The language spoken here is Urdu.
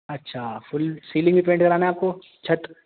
اچھا فل سیلنگ بھی پینٹ کرانا ہے آپ کو چھت